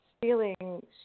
feeling